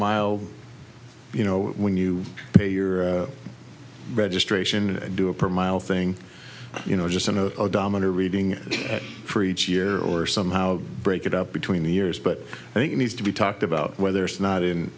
mile you know when you pay your registration and do a profile thing you know just in a domino reading for each year or somehow break it up between the years but i think it needs to be talked about whether it's not in